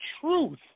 truth